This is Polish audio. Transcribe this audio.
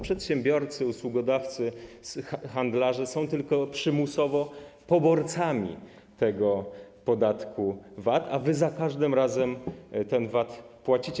Przedsiębiorcy, usługodawcy, handlarze są tylko przymusowo poborcami tego podatku VAT, a wy za każdym razem ten VAT płacicie.